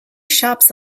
shops